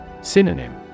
Synonym